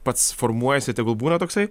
pats formuojasi tegul būna toksai